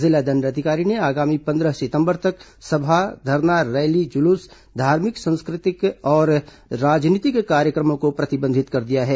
जिला दंडाधिकारी ने आगामी पंद्रह सितंबर तक सभा धरना रैली जुलूस धार्मिक संस्कृति और राजनीतिक कार्यक्रमों को प्रतिबंधित कर दिया है